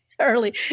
early